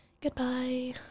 Goodbye